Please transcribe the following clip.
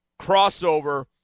crossover